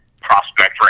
prospect